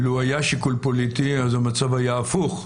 לו היה שיקול פוליטי אז המצב היה הפוך,